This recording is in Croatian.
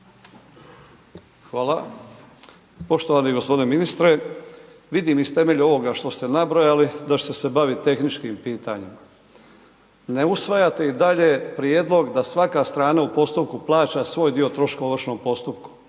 Hvala. Poštovani gospodine ministre, vidim iz temelju ovoga što ste nabrojali da ćete se baviti tehničkim pitanjem. Ne usvajate i dalje prijedlog da svaka strana u postupku plaća svoj dio troškova ovršnog postupka.